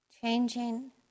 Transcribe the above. changing